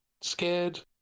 scared